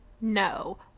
No